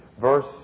verse